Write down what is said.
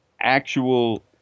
actual